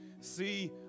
see